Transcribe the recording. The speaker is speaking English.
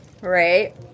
Right